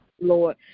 Lord